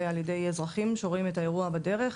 על ידי אזרחים שרואים את האירוע בדרך,